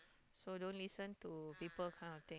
so don't listen to people kind of thing